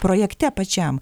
projekte pačiam